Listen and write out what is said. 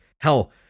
Hell